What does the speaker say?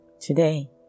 today